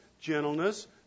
gentleness